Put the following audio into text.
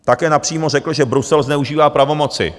Také napřímo řekl, že Brusel zneužívá pravomoci.